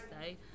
Today